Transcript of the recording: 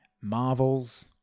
Marvels